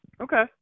Okay